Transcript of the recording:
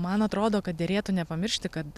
man atrodo kad derėtų nepamiršti kad